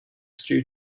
stew